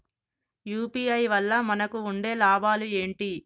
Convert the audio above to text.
UPI వల్ల మనకు ఉండే లాభాలు ఏంటి?